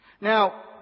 Now